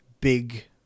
big